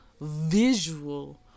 visual